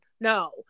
No